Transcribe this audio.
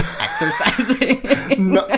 exercising